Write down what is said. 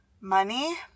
Money